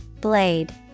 Blade